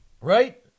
Right